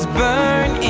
burn